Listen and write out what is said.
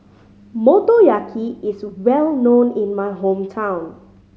motoyaki is well known in my hometown